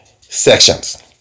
sections